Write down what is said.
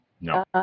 No